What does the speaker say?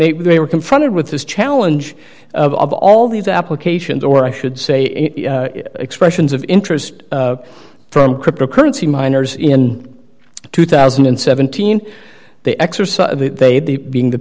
when they were confronted with this challenge of all these applications or i should say expressions of interest from cryptocurrency miners in two thousand and seventeen they exercise they being the